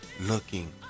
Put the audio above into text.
looking